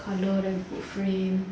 colour then put frame